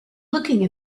looking